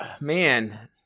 Man